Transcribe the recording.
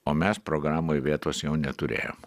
o mes programoj vietos jau neturėjom